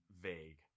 vague